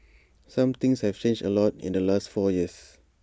some things have changed A lot in the last four years